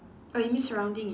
oh you mean surrounding it